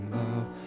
love